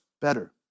better